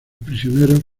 prisioneros